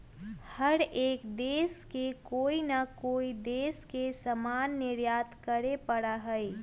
हर एक देश के कोई ना कोई देश से सामान निर्यात करे पड़ा हई